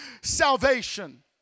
salvation